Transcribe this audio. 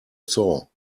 saw